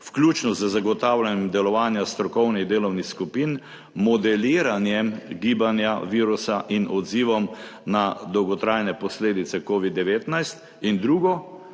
vključno z zagotavljanjem delovanja strokovnih delovnih skupin, modeliranjem gibanja virusa in odzivom na dolgotrajne posledice Covid-19 in drugo.